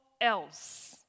else